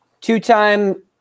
two-time